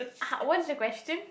uh what is the question